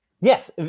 Yes